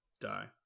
die